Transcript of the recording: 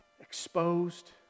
Exposed